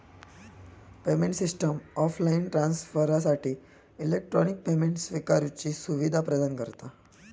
payment system offline ट्रांसफरसाठी electronic payment स्विकारुची सुवीधा प्रदान करता